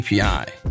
API